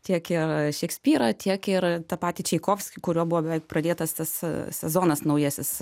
tiek ir šekspyrą tiek ir tą patį ąaikovskį kuriuo buvo beveik pradėtas tas sezonas naujasis